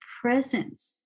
presence